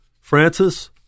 Francis